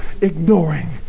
ignoring